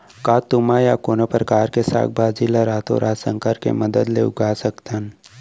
का तुमा या कोनो परकार के साग भाजी ला रातोरात संकर के मदद ले उगा सकथन?